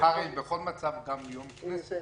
מחר בכל מצב יהיה גם יום כנסת.